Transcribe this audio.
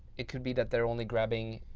it could be that they're only grabbing,